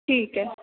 ठीक ऐ